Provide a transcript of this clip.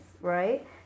right